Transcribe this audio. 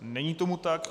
Není tomu tak.